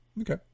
Okay